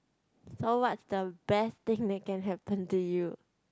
so what's the best thing that can happen to you